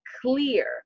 clear